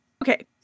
Okay